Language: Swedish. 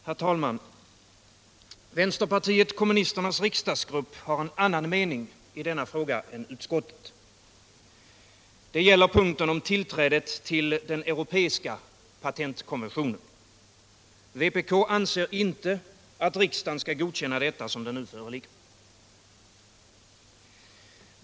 Herr talman! Vänsterpartiet kommunisternas riksdagsgrupp har en annan mening i denna fråga än utskottet. Det gäller punkten om tillträdet till den europeiska patentkonventionen. Vpk anser inte att riksdagen skall godkänna detta så som det nu föreligger.